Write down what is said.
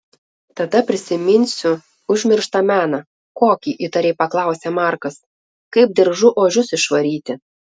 tada prisiminsiu užmirštą meną kokį įtariai paklausė markas kaip diržu ožius išvaryti